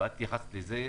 ואת התייחסת לזה,